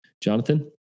Jonathan